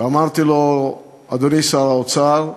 ואמרתי לו: אדוני שר האוצר,